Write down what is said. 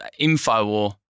Infowar